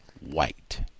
white